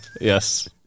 Yes